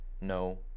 no